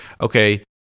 okay